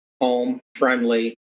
home-friendly